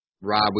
Rob